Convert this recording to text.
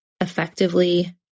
effectively